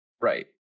right